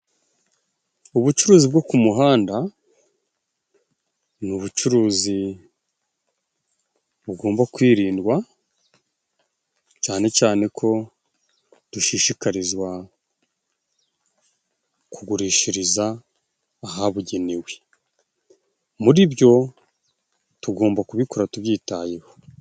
Ubucuruzi bwo ku muhanda ni ubucuruzi bugomba kwirindwa, cyane cyane ko dushishikarizwa kugurishiriza ahabugenewe. Muri byo tugomba kubikora tubyitayeho.